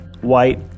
white